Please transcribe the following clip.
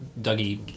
Dougie